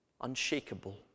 unshakable